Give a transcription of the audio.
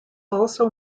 also